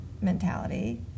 mentality